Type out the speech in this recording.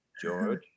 George